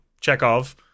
Chekhov